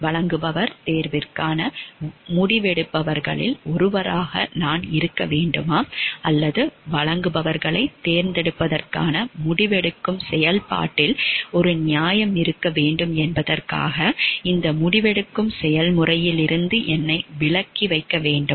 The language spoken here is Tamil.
வழங்குபவர் தேர்வுக்கான முடிவெடுப்பவர்களில் ஒருவராக நான் இருக்க வேண்டுமா அல்லது வழங்குபவர்களைத் தேர்ந்தெடுப்பதற்கான முடிவெடுக்கும் செயல்பாட்டில் ஒரு நியாயம் இருக்க வேண்டும் என்பதற்காக இந்த முடிவெடுக்கும் செயல்முறையிலிருந்து என்னை விலக்கி வைக்க வேண்டுமா